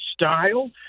style